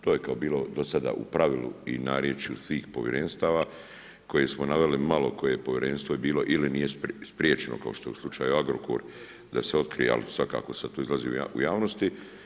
To je kao bilo do sada u pravilu i narječju svih povjerenstava koje smo naveli, malo koje povjerenstvo je bilo ili nije spriječeno, kao što u slučaju Agrokor da se otkrije, ali svakako sad to izlazi u javnosti.